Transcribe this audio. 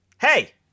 Hey